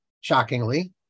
shockingly